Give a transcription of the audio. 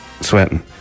sweating